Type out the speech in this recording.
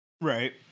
right